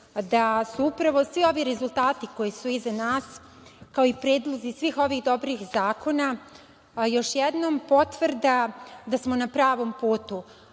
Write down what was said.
da su upravo svi ovi rezultati koji su iza nas, kao i predlozi svih ovih dobrih zakona, još jednom potvrda da smo na pravom putu.